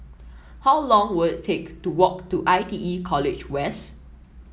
how long will it take to walk to I T E College West